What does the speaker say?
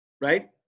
Right